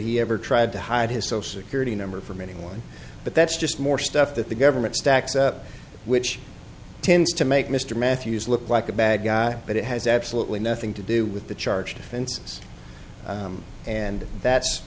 he ever tried to hide his social security number from anyone but that's just more stuff that the government stacks up which tends to make mr matthews look like a bad guy but it has absolutely nothing to do with the charged defenses and that's